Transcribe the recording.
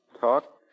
talk